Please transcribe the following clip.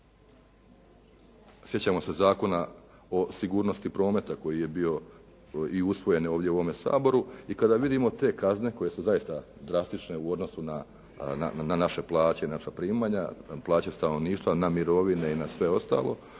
sjećamo se Zakona o sigurnosti prometa koji je bio i usvojen evo ovdje u ovome Saboru i kada vidimo te kazne koje su zaista drastične u odnosu na naše plaće i na naša primanja, plaće stanovništva, na mirovine i na sve ostalo,